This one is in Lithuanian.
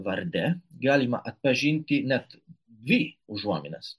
varde galima atpažinti net dvi užuominas